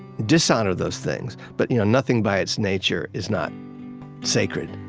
dishonor those things. but you know nothing by its nature is not sacred.